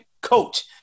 coach